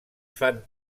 fan